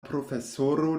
profesoro